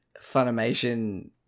Funimation